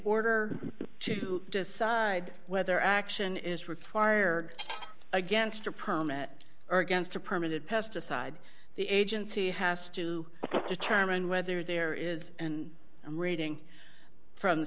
order to decide whether action is required against a permit or against a permanent pesticide the agency has to determine whether there is and i'm reading from the